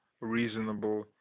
reasonable